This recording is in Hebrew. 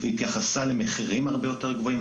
והיא התייחסה למחירים הרבה יותר גבוהים,